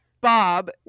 bob